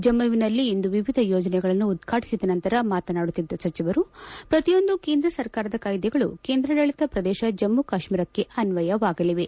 ಜಮ್ಮವಿನಲ್ಲಿಂದು ವಿವಿಧ ಯೋಜನೆಗಳನ್ನು ಉದ್ಘಾಟಿಸಿದ ನಂತರ ಮಾತನಾಡುತ್ತಿದ್ದ ಸಚಿವರು ಪ್ರತಿಯೊಂದು ಕೇಂದ್ರ ಸರ್ಕಾರದ ಕಾಯ್ದೆಗಳು ಕೇಂದ್ರಾಡಳಿತ ಪ್ರದೇಶ ಜಮ್ಮ ಕಾಶ್ಮೀರಕ್ಕೆ ಅನ್ವಯವಾಗಲಿವೆ